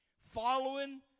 following